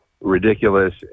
ridiculous